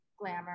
glamour